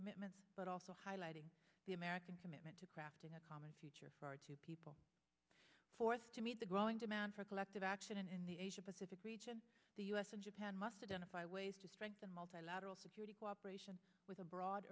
commitments but also highlighting the american commitment to crafting a common future for two people fourth to meet the growing demand for collective action in the asia pacific region the u s and japan must identify ways to strengthen multilateral security cooperation with a broad